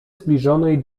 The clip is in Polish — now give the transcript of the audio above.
zbliżonej